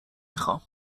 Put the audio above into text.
میخام